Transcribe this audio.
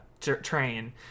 train